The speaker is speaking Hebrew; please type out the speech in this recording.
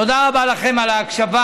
תודה רבה לכם על ההקשבה.